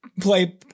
play